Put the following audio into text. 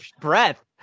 breath